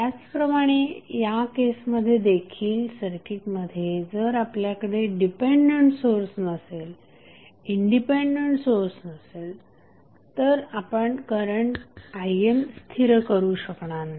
त्याचप्रमाणे या केसमध्ये देखील सर्किटमध्ये जर आपल्याकडे डिपेंडंट सोर्स नसेल इंडिपेंडंट सोर्स नसेल तर आपण करंट IN स्थिर करू शकणार नाही